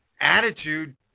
attitude